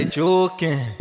joking